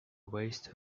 waste